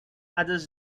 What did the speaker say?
others